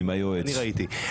אני ראיתי.